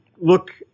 look